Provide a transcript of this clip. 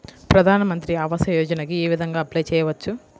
ప్రధాన మంత్రి ఆవాసయోజనకి ఏ విధంగా అప్లే చెయ్యవచ్చు?